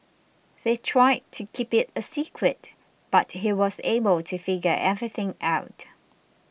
they tried to keep it a secret but he was able to figure everything out